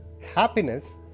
happiness